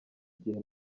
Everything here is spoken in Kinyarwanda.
gihe